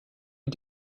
est